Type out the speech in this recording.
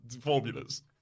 formulas